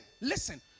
Listen